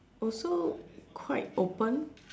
also quite open